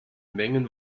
mengen